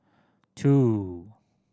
two